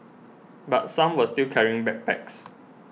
but some were still carrying backpacks